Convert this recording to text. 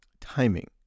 timing